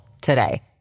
today